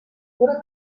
ora